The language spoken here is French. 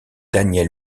daniel